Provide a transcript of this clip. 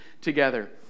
together